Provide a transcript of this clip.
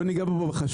לא ניגע פה בחשמל,